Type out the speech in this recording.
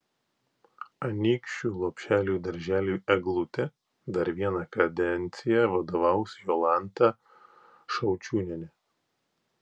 anykščių lopšeliui darželiui eglutė dar vieną kadenciją vadovaus jolanta šaučiūnienė